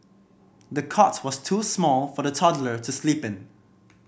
the cot was too small for the toddler to sleep in